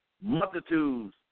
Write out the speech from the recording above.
multitudes